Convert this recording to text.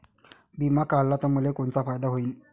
बिमा काढला त मले कोनचा फायदा होईन?